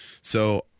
So-